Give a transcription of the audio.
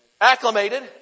acclimated